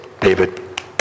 David